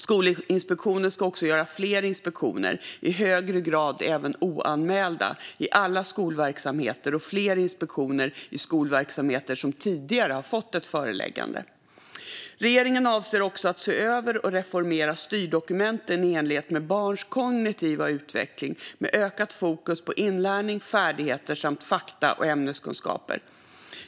Skolinspektionen ska göra fler inspektioner, i högre grad även oanmälda, i alla skolverksamheter och fler inspektioner i skolverksamheter som tidigare fått ett föreläggande. Regeringen avser också att se över och reformera styrdokumenten i enlighet med barns kognitiva utveckling, med ökat fokus på inlärning och färdigheter samt på fakta och ämneskunskaper.